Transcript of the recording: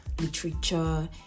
literature